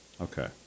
Okay